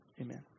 amen